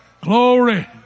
Glory